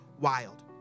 wild